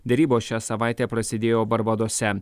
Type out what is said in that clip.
derybos šią savaitę prasidėjo barbadose